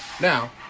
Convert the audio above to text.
Now